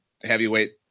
heavyweight